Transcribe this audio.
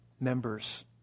members